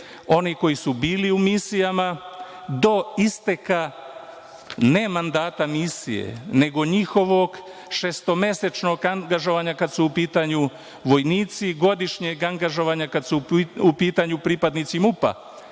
koji su bili u misijama do isteka, ne mandata misije, nego njihovog šestomesečnog angažovanja kada su u pitanju vojnici, godišnjeg angažovanja kada su u pitanju pripadnici MUP-a,